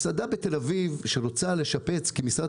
מסעדה בתל אביב שרוצה לשפץ כי משרד